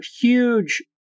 huge